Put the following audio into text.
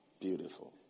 Beautiful